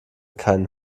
keinen